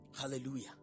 Hallelujah